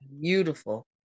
beautiful